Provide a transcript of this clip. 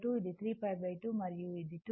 ఇది 3 π 2 మరియు ఇది 2π